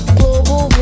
global